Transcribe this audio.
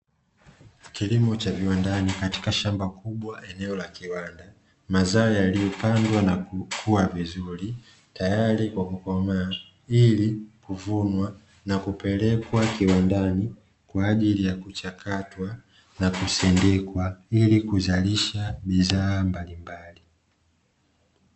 Kilimo cha viwandani katika shamba kubwa eneo la kiwanda, mazao yaliyopandwa na kukua vizuri, tayari kwa kukomaa ili kuvunwa na kupelekwa kiwandani kwa ajili ya kuchakatwa, na kusindikwa ili kuzalisha bidhaa mbalimbali.